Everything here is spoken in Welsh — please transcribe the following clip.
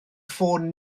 ffôn